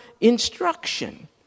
instruction